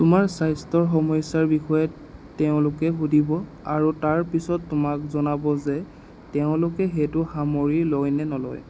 তোমাৰ স্বাস্থ্যৰ সমস্যাৰ বিষয়ে তেওঁলোকে সুধিব আৰু তাৰ পিছত তোমাক জনাব যে তেওঁলোকে সেইটো সামৰি লয় নে নলয়